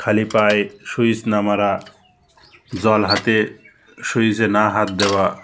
খালি পায়ে সুইচ না মারা জল হাতে সুইচে না হাত দেওয়া